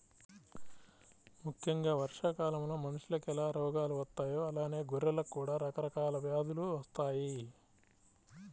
ముక్కెంగా వర్షాకాలంలో మనుషులకు ఎలా రోగాలు వత్తాయో అలానే గొర్రెలకు కూడా రకరకాల వ్యాధులు వత్తయ్యి